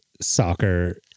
soccer